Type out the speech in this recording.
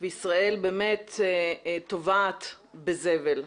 וישראל באמת טובעת בזבל.